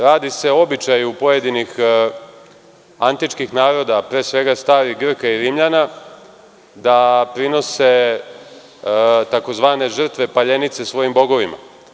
Radi se o običaju pojedinih antičkih naroda, pre svega Starih Grka i Rimljana, da prinose tzv. žrtve paljenice svojim bogovima.